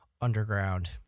underground